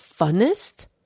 funnest